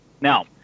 Now